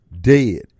dead